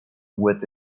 with